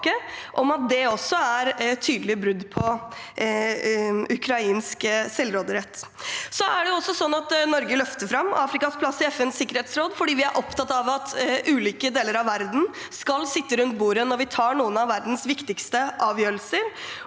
om at det er tydelig brudd på ukrainsk selvråderett. Norge løfter fram Afrikas plass i FNs sikkerhetsråd, for vi er opptatt av at ulike deler av verden skal sitte rundt bordet når vi tar noen av verdens viktigste avgjørelser.